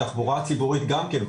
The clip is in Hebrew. התחבורה הציבורית גם כן,